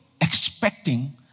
expecting